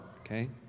okay